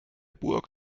burg